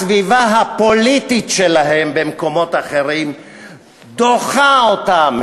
במקומות אחרים הסביבה הפוליטית שלהם דוחה אותם,